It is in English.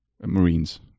Marines